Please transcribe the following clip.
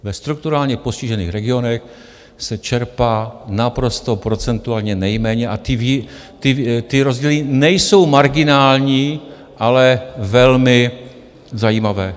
Ve strukturálně postižených regionech se čerpá naprosto procentuálně nejméně a ty rozdíly nejsou marginální, ale velmi zajímavé.